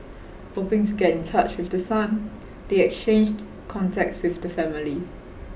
hoping to get in touch with the son they exchanged contacts with the family